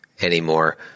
anymore